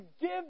give